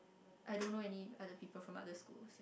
I don't know any other people from other school